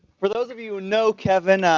for those of you who know kevin, ah